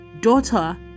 Daughter